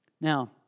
Now